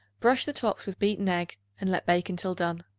brush the tops with beaten egg and let bake until done.